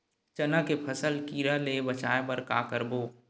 चना के फसल कीरा ले बचाय बर का करबो?